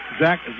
Zach